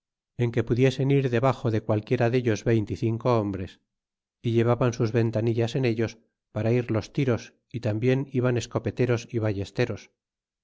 en que pudiesen ir debaxo de qualquiera dellos veinte y cinco hombres y llevaban sus ventanillas en ellos para ir los tiros y tambien iban escopeteros y ballesteros